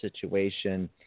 situation